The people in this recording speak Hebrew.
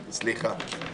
סליחה.